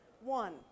One